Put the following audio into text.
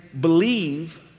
Believe